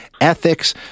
ethics